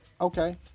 okay